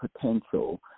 potential